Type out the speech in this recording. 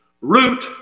root